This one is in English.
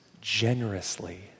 generously